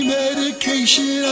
medication